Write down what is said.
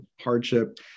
hardship